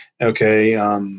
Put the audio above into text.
okay